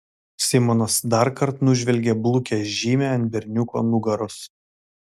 simonas darkart nužvelgė blukią žymę ant berniuko nugaros